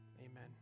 Amen